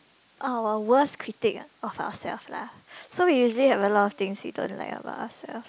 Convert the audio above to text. uh a worst critic ah of ourselves lah so we usually have a lot of things you don't like about ourselves